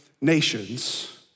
nations